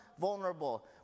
vulnerable